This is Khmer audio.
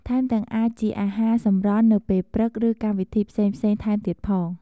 ថែមទាំងអាចជាអាហារសម្រន់នៅពេលព្រឹកឬកម្មវិធីផ្សេងៗថែមទៀតផង។